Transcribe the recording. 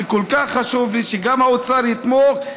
כי כל כך חשוב לי שגם האוצר יתמוך,